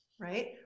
right